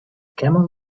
camel